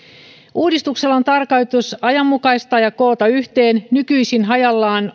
uudistuksella on tarkoitus ajanmukaistaa ja koota yhteen nykyisin hajallaan